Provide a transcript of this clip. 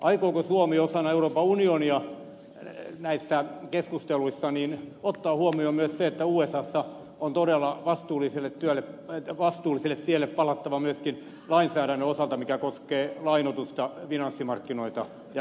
aikooko suomi osana euroopan unionia näissä keskusteluissa ottaa huomioon myös sen että usassa on todella vastuulliselle tielle palattava myöskin lainsäädännön osalta mikä koskee lainoitusta finanssimarkkinoita ja pankkimaailmaa